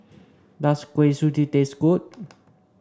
does Kuih Suji taste good